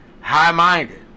high-minded